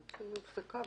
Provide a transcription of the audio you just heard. הנקודה.